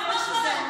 זה מה שזה אומר.